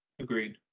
Agreed